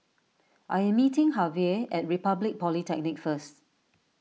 I am meeting Javier at Republic Polytechnic first